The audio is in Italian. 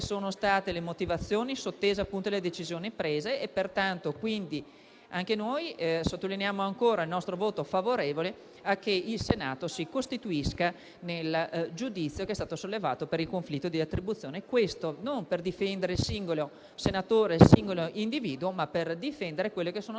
e ribadire le motivazioni sottese alle decisioni prese. Pertanto, anche noi sottolineiamo il nostro voto favorevole a che il Senato si costituisca nel giudizio che è stato sollevato per il conflitto di attribuzione. Questo non per difendere il singolo senatore e il singolo individuo, ma per difendere le decisioni